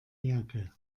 jacke